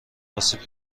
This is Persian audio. آسیب